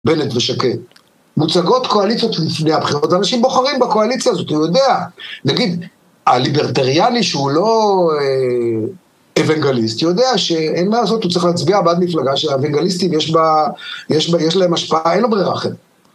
בנט ושקד, מוצגות קואליציות לפני הבחירות, אנשים בוחרים בקואליציה הזאת, הוא יודע, נגיד הליברטריאלי שהוא לא אוונגליסט, יודע שאין מה לעשות, הוא צריך להצביע בעד מפלגה שהאוונגליסטים יש להם השפעה, אין לו ברירה אחרת.